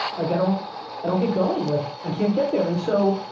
like, i don't i don't get going. like i can't get there. and so,